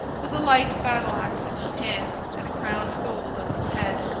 with a light battle-axe in his hand, and a crown of gold on his head.